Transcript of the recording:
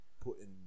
putting